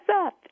up